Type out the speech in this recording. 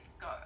go